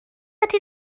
ydy